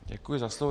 Děkuji za slovo.